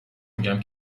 میگم